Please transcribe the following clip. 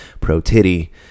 Pro-titty